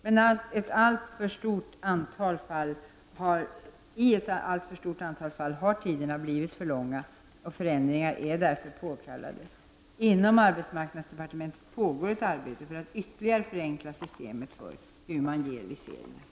Men i ett alltför stort antal fall har tiderna varit för långa. Förändringar är därför påkallade. Inom arbetsmarknadsdepartementet pågår ett arbete för att ytterligare förenkla systemet för hur man ger viseringar.